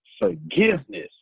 forgiveness